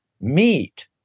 meat